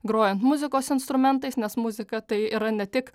grojant muzikos instrumentais nes muzika tai yra ne tik